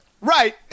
Right